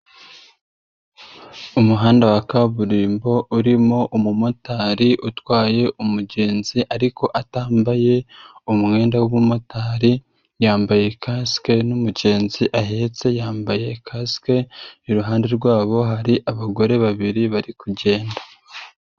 Umuhanda wa kaburimbo urimo umumotari utwaye umugenzi ariko atambaye umwenda w'ubumotari, yambaye kasike n'umugenzi ahetse yambaye kasike, iruhande rwabo hari abagore babiri bari kugenda.